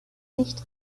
nicht